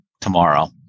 tomorrow